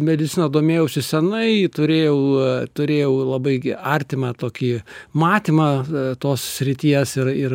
medicina domėjausi senai turėjau turėjau labai gi artimą tokį matymą tos srities ir ir